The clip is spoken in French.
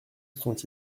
sont